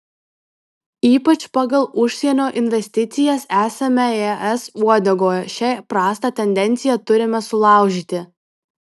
ypač pagal užsienio investicijas esame es uodegoje šią prastą tendenciją turime sulaužyti